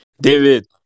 David